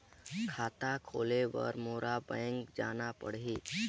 खाता खोले बर मोला बैंक जाना परही?